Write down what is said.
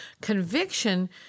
Conviction